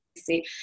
See